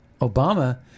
Obama